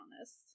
honest